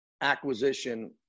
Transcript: acquisition